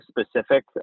specific